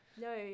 no